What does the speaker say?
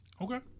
Okay